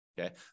Okay